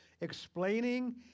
explaining